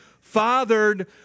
fathered